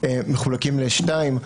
מחולקים לשתיים,